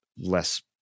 less